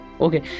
Okay